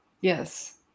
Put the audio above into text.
Yes